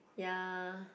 ya